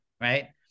Right